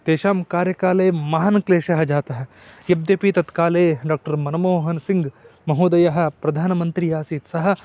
तेषां कार्यकाले महान् क्लेशः जातः यद्यपि तत्काले डाक्टर मनमोहनसिङ्गमहोदयः प्रधानमन्त्री आसीत् सः